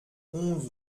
onze